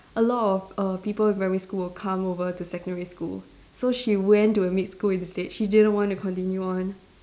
a lot of err people in primary school will come over to secondary school so she went to a mixed school instead she didn't want to continue on